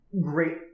great